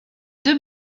deux